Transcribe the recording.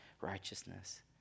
righteousness